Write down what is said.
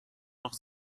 noch